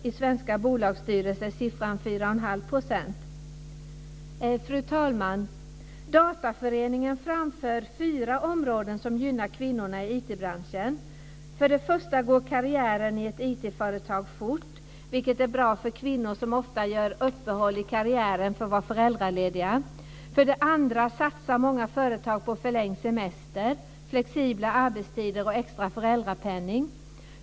I svenska bolagsstyrelser är siffran Fru talman! Dataföreningen för fram fyra områden som gynnar kvinnorna i IT-branschen. För det första går karriären i ett IT-företag fort, vilket är bra för kvinnor som ofta gör uppehåll i karriären för att vara föräldralediga. För det andra satsar många företag på förlängd semester, flexibla arbetstider och extra föräldrapenning.